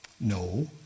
No